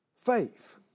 Faith